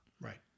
Right